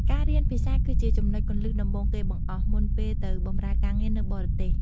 ការរៀនភាសាគឺជាចំណុចគន្លឹះដំបូងគេបង្អស់ មុនពេលទៅបម្រើការងារនៅបរទេស។